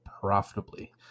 profitably